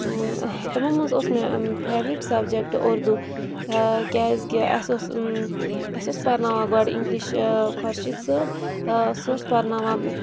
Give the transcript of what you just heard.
تمو منٛز اوس مےٚ فیورِٹ سَبجَکٹ اُردو کیٛازکہِ اَسہِ اوس اَسہِ اوس پَرناوان گۄڈٕ اِنٛگلِش خۄشیٖد صٲب سُہ اوس پَرناوان